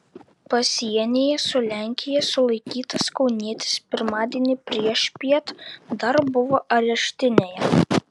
pasienyje su lenkija sulaikytas kaunietis pirmadienį priešpiet dar buvo areštinėje